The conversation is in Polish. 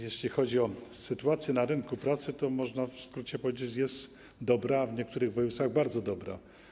Jeśli chodzi o sytuację na rynku pracy, to można w skrócie powiedzieć: jest dobra, a w niektórych województwach bardzo dobra.